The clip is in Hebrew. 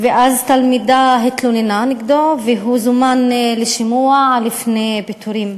ואז תלמידה התלוננה נגדו והוא זומן לשימוע לפני פיטורים.